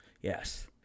Yes